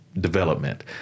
development